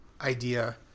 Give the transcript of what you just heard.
idea